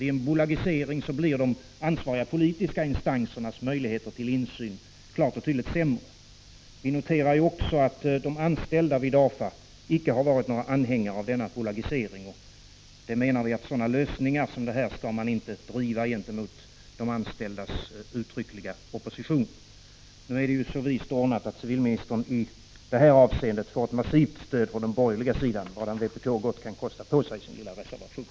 Vid en bolagsbildning blir de ansvariga politiska instansernas möjligheter till insyn klart och tydligt sämre. Vi noterar också att de anställda vid DAFA icke har varit anhängare av denna bolagsbildningstanke, och enligt vår mening skall lösningar som denna inte drivas igenom mot de anställdas uttryckliga opposition. Nu är det ju så vist ordnat att civilministern i detta avseende får ett massivt stöd från den borgerliga sidan, vadan vpk gott kan kosta på sig sin lilla reservation.